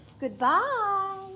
Goodbye